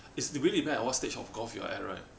it's really depend on what stage of golf you are at right